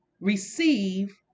receive